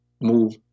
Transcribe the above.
move